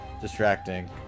distracting